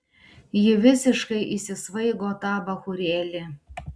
ji visiškai įsisvaigo tą bachūrėlį